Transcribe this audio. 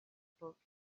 book